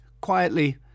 quietly